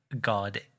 God